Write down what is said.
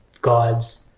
gods